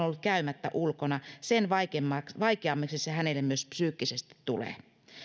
ollut käymättä ulkona sen vaikeammaksi vaikeammaksi se hänelle myös psyykkisesti tulee